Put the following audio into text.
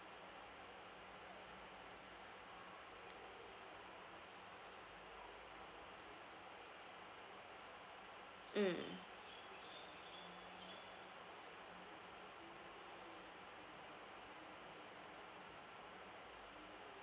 mm